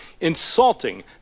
insulting